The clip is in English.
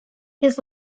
his